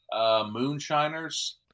Moonshiners